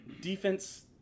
defense